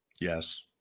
Yes